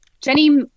jenny